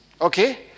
okay